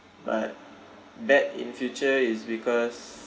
but bad in future is because